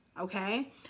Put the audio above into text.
okay